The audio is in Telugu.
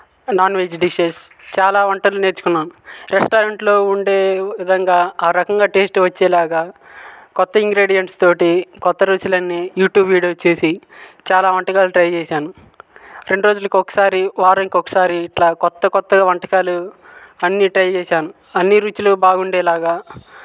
నాన్ వెజ్ డిషెస్ చాలా వంటలు నేర్చుకున్నాను రెస్టారెంట్లో ఉండే విధంగా ఆ రకంగా టెస్ట్ వచ్చేలాగా కొత్త ఇంగ్రీడియంట్స్ తో కొత్త రుచులు అన్నీ యూట్యూబ్ వీడియో చేసి చాలా వంటకాలు ట్రై చేసాను రెండు రోజులకు ఒకసారి వారానికి ఒకసారి ఇట్లా కొత్త కొత్తగా వంటకాలు అన్నీ ట్రై చేసాను అన్నీ రుచులు బాగుండేలాగా